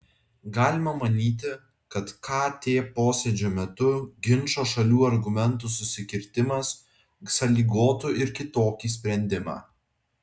galima manyti kad kt posėdžio metu ginčo šalių argumentų susikirtimas sąlygotų ir kitokį sprendimą